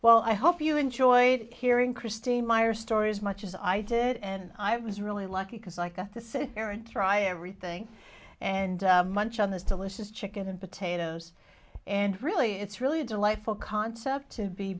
well i hope you enjoyed hearing christine meyer story as much as i did and i was really lucky because like us to sit there and try everything and munch on this delicious chicken and potatoes and really it's really delightful concept to be